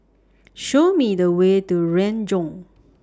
Show Me The Way to Renjong